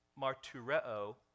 martureo